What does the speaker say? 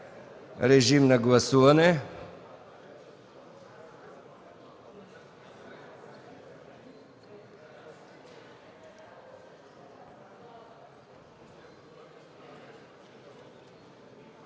режим на гласуване.